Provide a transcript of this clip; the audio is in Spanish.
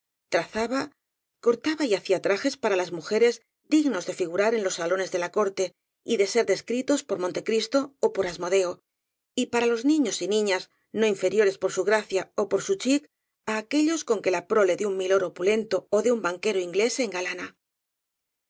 trazaba cortaba y hacía trajes para las mujeres dignos de figurar en los salones de la corte y de ser descritos por montecristo ó por asmodeo y para los niños y niñas no infe riores por su gracia y por su chic á aquéllos con que la prole de un milord opulento ó de un ban quero inglés se engalana